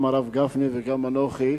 גם הרב גפני וגם אנוכי,